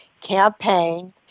campaign